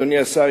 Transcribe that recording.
אדוני השר,